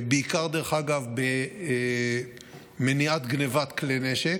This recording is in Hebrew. בעיקר, דרך אגב, במניעת גנבת כלי נשק,